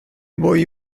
boy